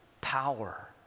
power